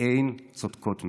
שאין צודקות מהן,